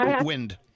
wind